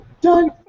Done